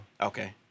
Okay